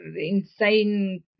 insane